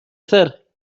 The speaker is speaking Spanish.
hacer